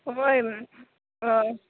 होय